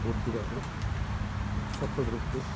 बोट बिरुवाहरू सफल रूपले